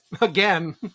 again